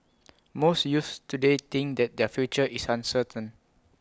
most youths today think that their future is uncertain